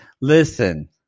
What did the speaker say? listen